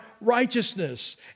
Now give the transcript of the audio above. righteousness